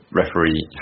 referee